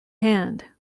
hand